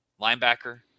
linebacker